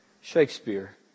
Shakespeare